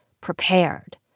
prepared